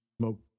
smoke